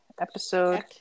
episode